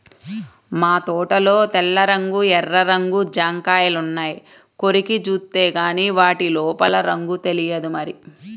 మా తోటలో తెల్ల రంగు, ఎర్ర రంగు జాంకాయలున్నాయి, కొరికి జూత్తేగానీ వాటి లోపల రంగు తెలియదు మరి